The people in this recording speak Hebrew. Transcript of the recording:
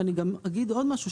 ואני גם עוד משהו,